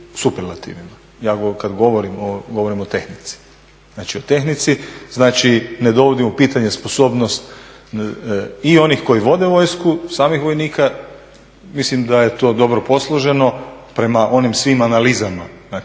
znači o tehnici. Znači ne dovodim u pitanje sposobnost i onih koji vode vojsku, samih vojnika, mislim da je to dobro posloženo prema onim svim analizama.